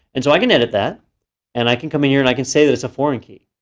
and so i can edit that and i can come in here and i can say that it's a foreign key.